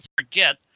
forget